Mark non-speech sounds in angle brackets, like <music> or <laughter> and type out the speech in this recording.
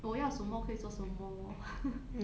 我要什么可以做什么 lor <noise> well you ask more face also go 嗯那个是全部人的愿望